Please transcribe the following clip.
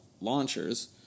launchers